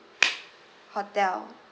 hotel